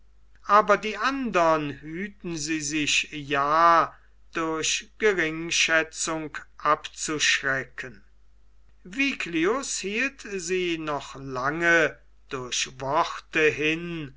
aber die andern hüten sie sich ja durch geringschätzung abzuschrecken viglius hielt sie noch lange durch worte hin